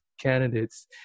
candidates